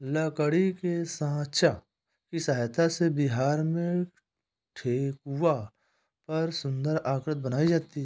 लकड़ी के साँचा की सहायता से बिहार में ठेकुआ पर सुन्दर आकृति बनाई जाती है